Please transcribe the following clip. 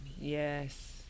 Yes